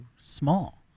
small